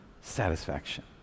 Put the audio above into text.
satisfaction